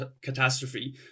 catastrophe